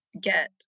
get